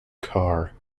car